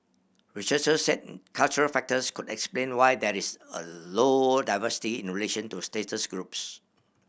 researchers said cultural factors could explain why there is a low diversity in relation to status groups